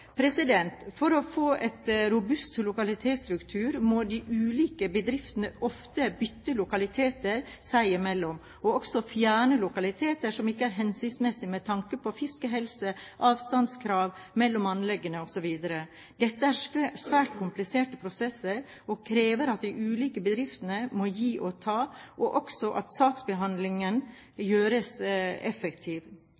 For å få til en robust lokalitetsstruktur må de ulike bedriftene ofte bytte lokaliteter seg imellom og også fjerne lokaliteter som ikke er hensiktsmessige med tanke på fiskehelse, avstandskrav mellom anleggene osv. Dette er svært kompliserte prosesser og krever at de ulike bedriftene må gi og ta, og også at saksbehandlingen